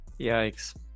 Yikes